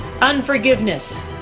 unforgiveness